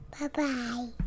Bye-bye